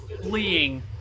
fleeing